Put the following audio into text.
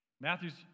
Matthew's